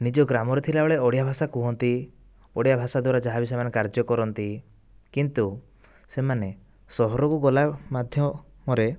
ନିଜ ଗ୍ରାମରେ ଥିବାବେଳେ ଓଡ଼ିଆ ଭାଷା କୁହନ୍ତି ଓଡ଼ିଆ ଭାଷା ଦ୍ୱାରା ଯାହାବି ନିଜର କାର୍ଯ୍ୟ କରନ୍ତି କିନ୍ତୁ ସେମାନେ ସହରକୁ ଗଲା ମାଧ୍ୟମରେ